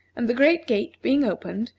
and the great gate being opened,